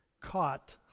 caught